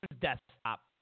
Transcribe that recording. desktop